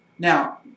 Now